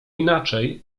inaczej